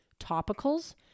topicals